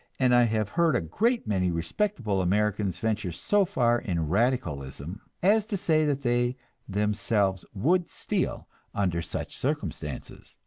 and i have heard a great many respectable americans venture so far in radicalism as to say that they themselves would steal under such circumstances.